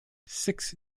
six